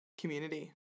community